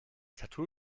tattoo